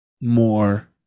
More